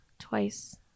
twice